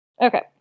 Okay